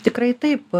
tikrai taip